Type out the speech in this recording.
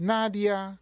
Nadia